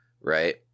right